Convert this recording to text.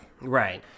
Right